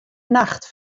nacht